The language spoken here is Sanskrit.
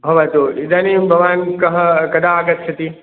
भवतु इदानीं भवान् कः कदा आगच्छति